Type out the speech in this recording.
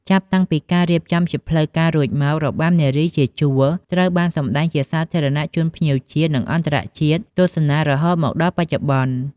ចាប់តាំងពីការរៀបចំជាផ្លូវការរួចមក របាំនារីជាជួរត្រូវបានសម្តែងជាសាធារណៈជូនភ្ញៀវជាតិ និងអន្តរជាតិទស្សនារហូតមកដល់បច្ចុប្បន្ន។